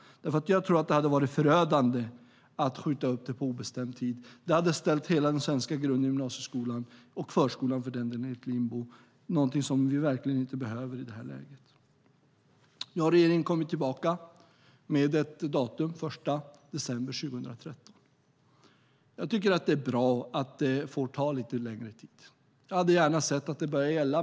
Jag tror att det hade varit förödande att skjuta upp detta på obestämd tid. Det hade ställt hela den svenska grund och gymnasieskolan, och även förskolan för den delen, i limbo, någonting som vi verkligen inte behöver i detta läge. Nu har regeringen kommit tillbaka med ett datum - den 1 december 2013. Jag tycker att det är bra att det får ta lite längre tid. Jag hade gärna sett att det hade börjat gälla.